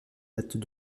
datent